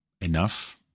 enough